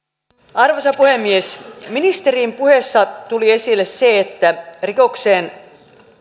arvoisa puhemies ministerin puheessa tuli esille se että rikokseen